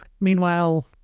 Meanwhile